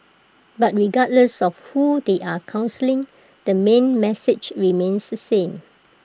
but regardless of who they are counselling the main message remains the same